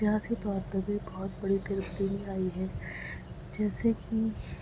سیاسی طور پہ بھی بہت بڑی تبدیلی آئی ہے جیسے کہ